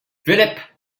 philip